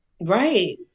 Right